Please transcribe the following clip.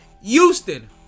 Houston